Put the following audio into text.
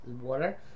water